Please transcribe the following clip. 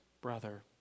brother